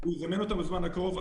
פרופ' גרוטו יזמן אותם בזמן הקרוב,